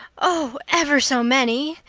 oh, ever so many,